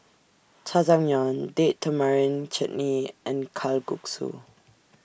Jajangmyeon Date Tamarind Chutney and Kalguksu